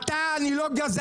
אני לא גזען.